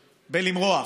בלמרוח.